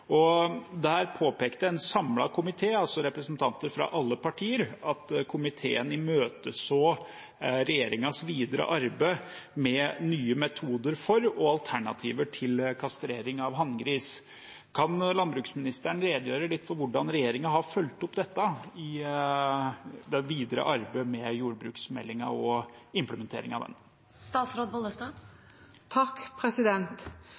Der påpekte en samlet komité, altså representanter fra alle partier, at komiteen imøteså regjeringens videre arbeid med nye metoder for og alternativer til kastrering av hanngris. Kan landbruksministeren redegjøre litt for hvordan regjeringen har fulgt opp dette i det videre arbeidet med jordbruksmeldingen og implementeringen av den?